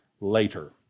later